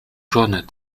jaunes